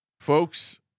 folks